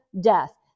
death